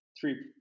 three